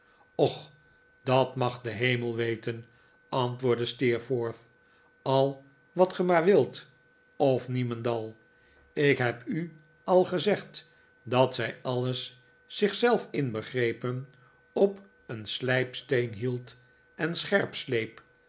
och dat mag de hemel weten antwoordde steerforth a wat ge maar wilt of niemendal ik heb u al gezegd dat zij alles zich zelf inbegrepen op een slijpsteen hield en scherp sleep